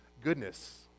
goodness